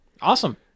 awesome